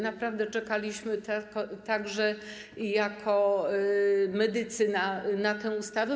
Naprawdę czekaliśmy, także jako medycy, na tę ustawę.